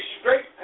straight